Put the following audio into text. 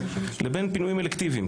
לבין פינויים אלקטיביים,